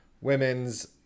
women's